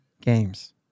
games